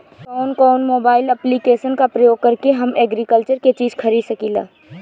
कउन कउन mobile application का प्रयोग करके हम एग्रीकल्चर के चिज खरीद सकिला?